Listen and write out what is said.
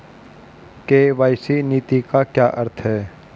KYC नीति का क्या अर्थ है?